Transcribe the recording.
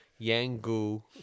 Yanggu